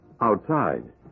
outside